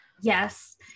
yes